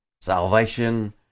salvation